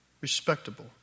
respectable